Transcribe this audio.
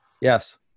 Yes